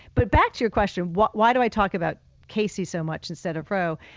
but back to your question, why why do i talk about casey so much instead of roe?